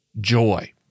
joy